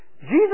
Jesus